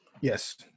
Yes